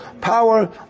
power